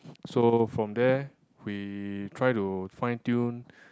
so from there we try to fine tune